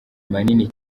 manini